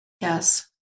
Yes